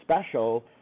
special